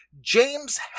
James